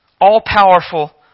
All-powerful